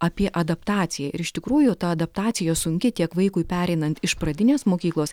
apie adaptaciją ir iš tikrųjų ta adaptacija sunki tiek vaikui pereinant iš pradinės mokyklos